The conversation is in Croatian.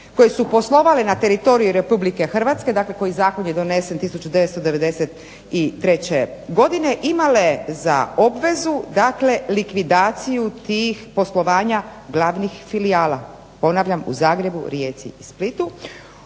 koje su poslovale na teritoriju RH, dakle koji zakon je donesen 1993. godine, imale za obvezu dakle likvidaciju tih poslovanja glavnih filijala? Ponavljam u Zagrebu, Rijeci i Splitu.